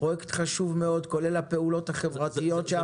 פרויקט חשוב מאוד, כולל הפעולות החברתיות שם.